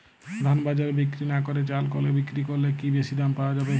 ধান বাজারে বিক্রি না করে চাল কলে বিক্রি করলে কি বেশী দাম পাওয়া যাবে?